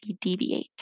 deviate